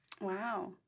Wow